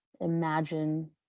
imagine